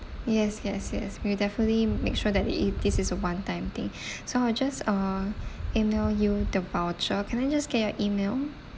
yes yes yes we'll definitely make sure that thi~ this is a one time thing so I'll just uh email you the voucher can I just get your email